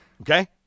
Okay